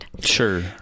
Sure